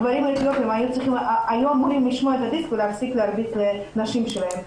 הגברים האתיופיים היו אמורים לשמוע את הדיסק ולהפסיק להרביץ לנשים שלהם.